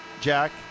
jack